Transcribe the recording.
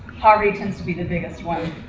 poverty tends to be the biggest one.